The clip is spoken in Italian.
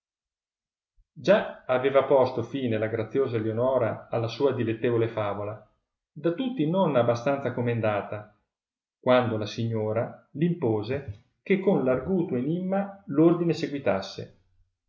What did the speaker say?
già aveva posto fine la graziosa lionora alla sua dilettevole favola da tutti non a bastanza comendata quando la signora l'impose che con l'arguto enimma l'ordine seguitasse